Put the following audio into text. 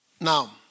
Now